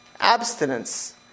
Abstinence